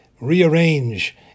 rearrange